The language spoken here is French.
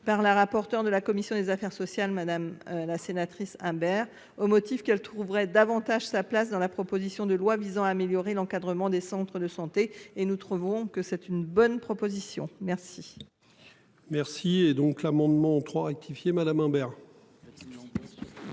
par la rapporteure de la commission des affaires sociales, madame la sénatrice Imbert au motif qu'elle trouverait davantage sa place dans la proposition de loi visant à améliorer l'encadrement des centres de santé et nous trouvons que c'est une bonne proposition. Merci. Merci et donc l'amendement 3 rectifier Madame Imbert.